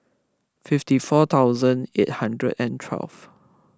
fifty four thousand eight hundred and twelve